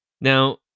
Now